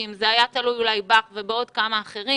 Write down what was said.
שאם זה היה תלוי אולי בך ובעוד כמה אחרים